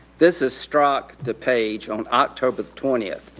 this is strzok to page on october the twentieth.